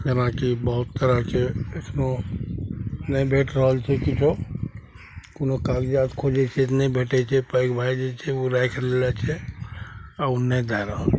जेनाकि बहुत तरहके एखनो नहि भेट रहल छै किछो कोनो कागजात खोजय छियै तऽ नहि भेटय छै पैघ भाय जे छै उ राखि लेले छै आओर उ नहि दए रहल छै